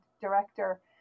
director